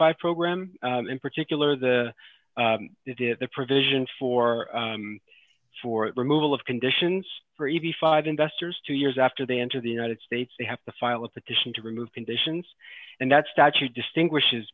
five program in particular the provision for for removal of conditions for eighty five investors two years after they enter the united states they have to file a petition to remove conditions and that statute distinguishes